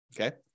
Okay